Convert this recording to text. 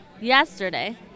yesterday